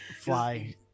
fly